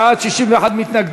59 בעד, 61 מתנגדים.